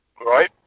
right